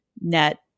net